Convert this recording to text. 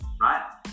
Right